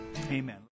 Amen